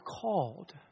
called